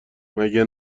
مگه